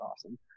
awesome